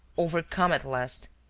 overcome at last,